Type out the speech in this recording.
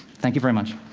thank you very much.